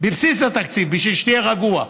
בבסיס התקציב, בשביל שתהיה רגוע.